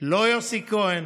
לא יוסי כהן